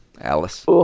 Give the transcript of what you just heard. Alice